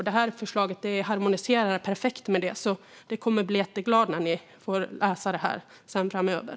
Det här förslaget harmoniserar perfekt med det, så ni kommer att bli jätteglada när ni får läsa detta framöver.